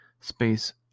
space